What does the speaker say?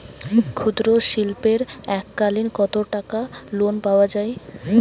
ক্ষুদ্রশিল্পের এককালিন কতটাকা লোন পাওয়া য়ায়?